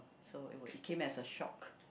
so it were it came as a shock